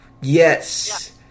Yes